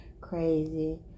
crazy